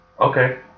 Okay